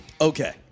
Okay